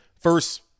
First